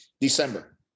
December